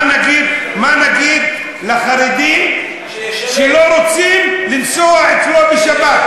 מה נגיד לחרדי שלא רוצה שייסעו אצלו בשבת?